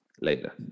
later